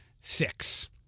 six